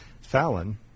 Fallon